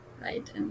Right